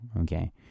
okay